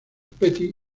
petty